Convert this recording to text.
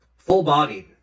full-bodied